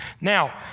Now